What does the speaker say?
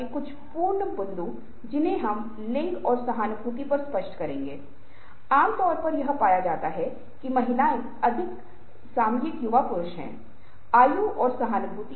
एक बहुत ही दिलचस्प अध्ययन में जो मैंने अपने छात्रों के साथ अनौपचारिक रूप से किया मैंने पाया कि जब 2 अजनबी बातचीत कर रहे हैं और अगर वे पुरुष होते हैं तो उनके बीच की दूरी लगभग 2 फीट होती है